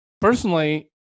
Personally